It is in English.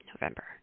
november